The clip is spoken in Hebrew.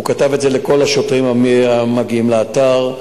הוא כתב את זה לכל השוטרים המגיעים לאתר.